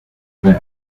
band